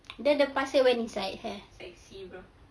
then the pasir went inside